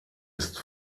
ist